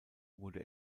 wurde